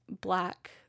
black